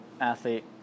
athlete